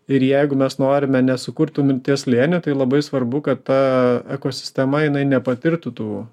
ir jeigu mes norime nesukurt tų minties slėnių tai labai svarbu kad ta ekosistema jinai nepatirtų tų